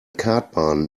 kartbahn